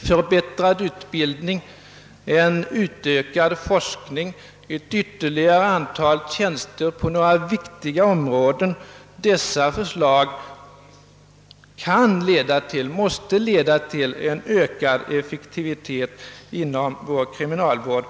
Förbättrad utbildning, utökad forskning, fler tjänster på några viktiga områden — dessa förslag kan och måste åstadkomma ökad effektivitet inom kriminalvården.